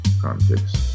context